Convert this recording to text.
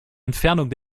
entfernung